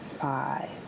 five